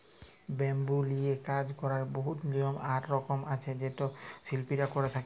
bamboo লিয়ে কাজ ক্যরার বহুত লিয়ম আর রকম আছে যেট শিল্পীরা ক্যরে থ্যকে